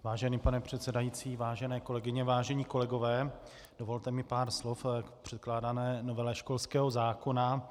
Vážený pane předsedající, vážené kolegyně, vážení kolegové, dovolte mi pár slov k předkládané novele školského zákona.